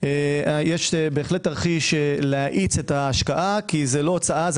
יש בהחלט תרחיש להאיץ את ההשקעה כי זה לא הוצאה זה